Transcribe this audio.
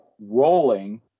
rolling